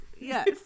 Yes